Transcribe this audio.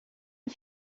est